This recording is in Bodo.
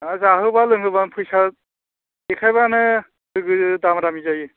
दा जोहोब्ला लोंहोब्लानो फैसा देखायब्लानो लुगैयो दामा दामि जायो